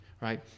right